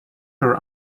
her